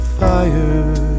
fire